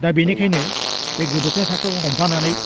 दा बिनिखायनो बे गोदोसोनाय थाखोआव हमफानानै